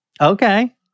Okay